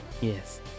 yes